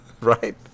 Right